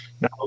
now